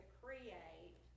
create